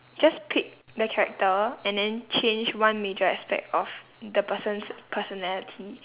just pick the character and then change one major aspect of the person's personality